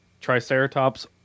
Triceratops